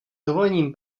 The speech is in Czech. dovolením